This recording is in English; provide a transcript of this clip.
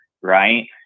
Right